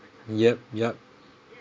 yup yup